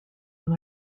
dans